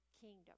kingdom